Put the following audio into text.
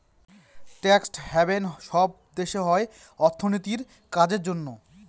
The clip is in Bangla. ট্যাক্স হ্যাভেন সব দেশে হয় অর্থনীতির কাজের জন্য